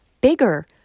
bigger